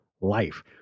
life